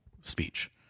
speech